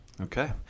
Okay